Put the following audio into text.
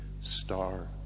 Star